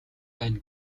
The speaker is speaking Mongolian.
байна